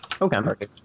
Okay